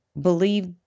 believe